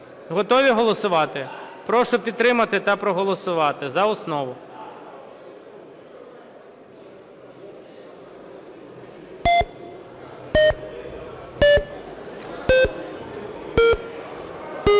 Готові голосувати? Прошу підтримати та проголосувати. За основу.